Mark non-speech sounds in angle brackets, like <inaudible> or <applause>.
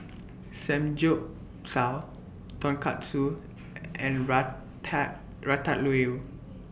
<noise> Samgyeopsal Tonkatsu and Rata Ratatouille